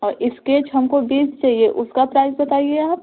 और इस्केच हमको बीस चाहिए उसका प्राइज़ बताइए आप